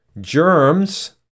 germs